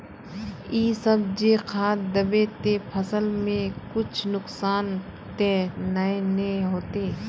इ सब जे खाद दबे ते फसल में कुछ नुकसान ते नय ने होते